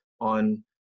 on